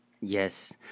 Yes